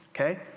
okay